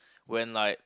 when I